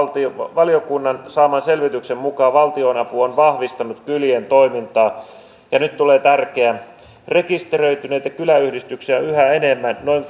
valiokunnan saaman selvityksen mukaan valtionapu on vahvistanut kylien toimintaa ja nyt tulee tärkeä rekisteröityneitä kyläyhdistyksiä on yhä enemmän noin